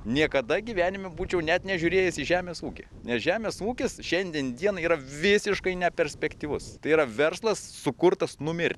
niekada gyvenime būčiau net nežiūrėjęs į žemės ūkį nes žemės ūkis šiandien dienai yra visiškai neperspektyvus tai yra verslas sukurtas numirt